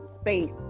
space